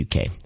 UK